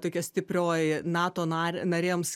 tokia stiprioji nato nar narėms